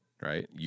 right